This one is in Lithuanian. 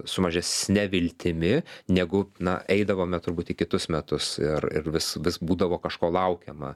su mažesne viltimi negu na eidavome turbūt į kitus metus ir ir vis vis būdavo kažko laukiama